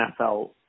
NFL